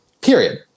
period